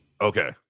Okay